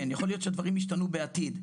כן, יכול להיות שהדברים ישתנו בעתיד.